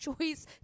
choice